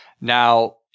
Now